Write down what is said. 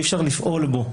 ואי-אפשר לפעול בו.